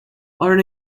are